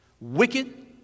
wicked